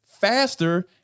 faster